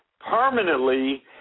permanently